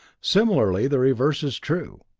similarly, the reverse is true.